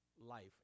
life